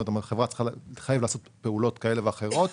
כלומר, החברה חייבת לעשות פעולות כאלה ואחרות